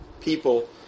people